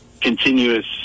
continuous